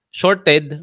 shorted